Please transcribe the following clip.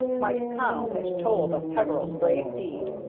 mike connell had told of peveril's brave deed,